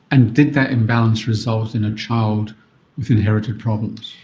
and did that imbalance result in a child with inherited problems?